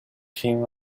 came